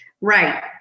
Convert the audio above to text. Right